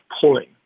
pulling